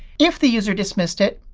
if the user dismissed it,